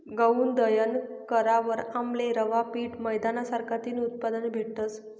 गऊनं दयन करावर आमले रवा, पीठ, मैदाना सारखा तीन उत्पादने भेटतस